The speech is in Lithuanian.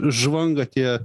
žvanga tie